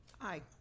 aye